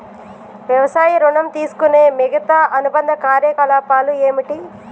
వ్యవసాయ ఋణం తీసుకునే మిగితా అనుబంధ కార్యకలాపాలు ఏమిటి?